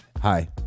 hi